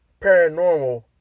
paranormal